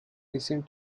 recent